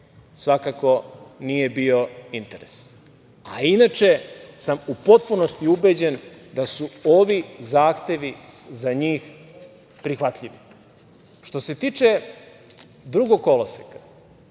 svakako nije bio interes. Inače, sam u potpunosti ubeđen da su ovi zahtevi za njih prihvatljivi. Što se tiče drugog koloseka